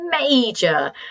major